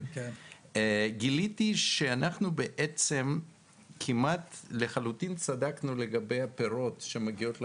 גילתי שאנחנו בעצם כמעט לחלוטין צדקנו לגבי הפירות שמגיעות לקרן.